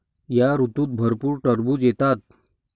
या ऋतूत भरपूर टरबूज येतात